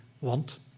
want